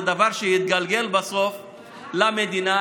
זה דבר שיתגלגל בסוף למדינה.